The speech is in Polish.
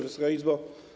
Wysoka Izbo!